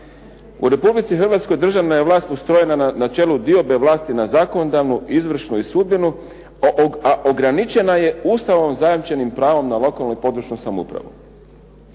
U Republici Hrvatskoj državna je vlast ustrojena na čelu diobe vlasti, na zakonodavnu, izvršnu i sudbenu, a ograničena je Ustavom zajamčenim pravom na lokalnu i područnu samoupravu.